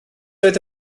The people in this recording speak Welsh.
oedd